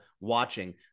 watching